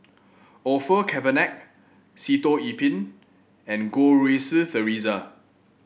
Orfeur Cavenagh Sitoh Yih Pin and Goh Rui Si Theresa